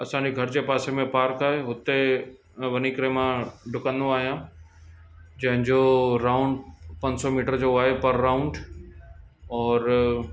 असांजे घर जे पासे में पार्क आहे हुते वञी करे मां ॾुकंदो आहियां जंहिंजो राउंड पंज सौ मीटर जो आहे पर राउंड और